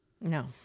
No